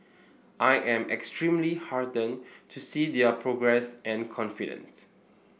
I am extremely heartened to see their progress and confidence